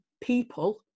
people